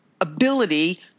ability